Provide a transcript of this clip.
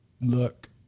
look